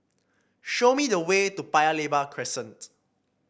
show me the way to Paya Lebar Crescent